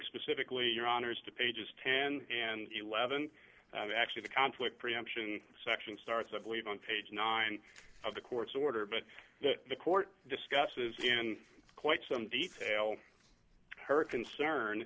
specifically your honour's to pages ten and eleven actually the conflict preemption section starts i believe on page nine of the court's order but the court discusses in quite some detail her concern